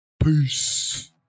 Peace